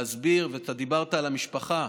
להסביר, אתה דיברת על המשפחה.